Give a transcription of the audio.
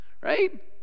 right